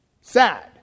Sad